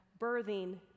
birthing